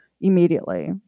immediately